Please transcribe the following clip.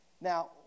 Now